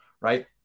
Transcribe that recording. right